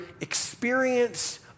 experience